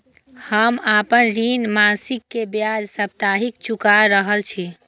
हम आपन ऋण मासिक के ब्याज साप्ताहिक चुका रहल छी